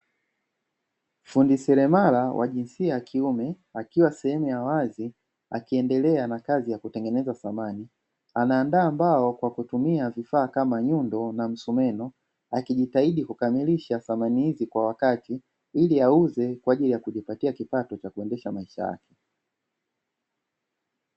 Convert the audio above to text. Fundi seremala wa jisia ya kiume akiwa sehemu ya wazi akiendelea na kazi ya kutengeneza samani, anaandaa mbao kwa kutumia vifaa kama nyundo na msumeno; akijitahidi kukamilisha samani hizi kwa wakati ili auze kwa ajili ya kujipatia kipato cha kuendesha maisha yake.